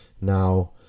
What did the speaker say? Now